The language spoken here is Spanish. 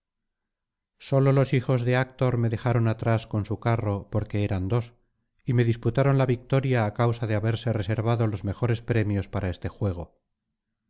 sólo los hijos de actor me dejaron atrás con su carro porque eran dos y me disputaron la victoria á causa de haberse reservado los mejores premios para este juego